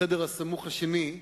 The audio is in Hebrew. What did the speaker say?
בחדר הסמוך השני,